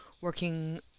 working